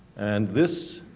and this